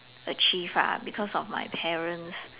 achieve ah because of my parents